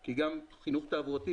כי גם לשם הכנסנו חינוך תעבורתי.